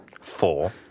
four